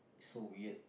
so weird